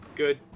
Good